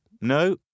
No